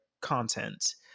content